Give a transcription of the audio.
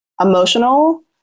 emotional